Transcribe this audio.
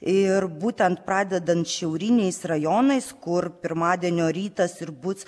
ir būtent pradedant šiauriniais rajonais kur pirmadienio rytas ir bus